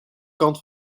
kant